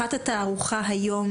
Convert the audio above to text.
התערוכה שנפתחת היום,